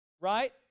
Right